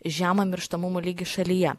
žemą mirštamumo lygį šalyje